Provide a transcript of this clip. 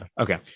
Okay